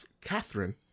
Catherine